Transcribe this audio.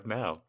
now